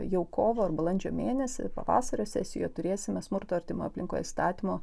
jau kovo ar balandžio mėnesį pavasario sesijoje turėsime smurto artimoje aplinkoje įstatymo